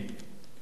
אני לא מבין,